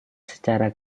secara